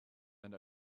and